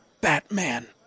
Batman